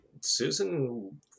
Susan